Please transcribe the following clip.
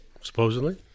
supposedly